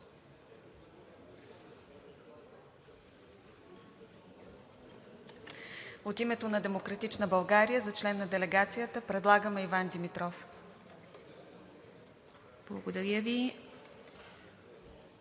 От името на „Демократична България“ за член на делегацията предлагаме Иван Димитров. ПРЕДСЕДАТЕЛ